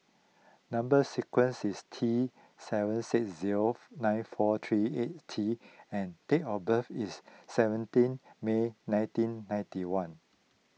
Number Sequence is T seven six zero nine four three eight T and date of birth is seventeen May nineteen ninety one